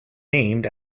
named